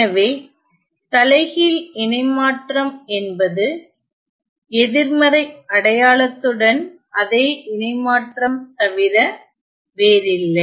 எனவே தலைகீழ் இணைமாற்றம் என்பது எதிர்மறை அடையாளத்துடன் அதே இணைமாற்றம் தவிர வேறில்லை